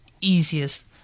easiest